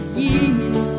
years